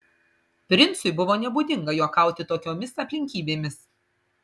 princui buvo nebūdinga juokauti tokiomis aplinkybėmis